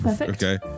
Okay